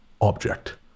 Object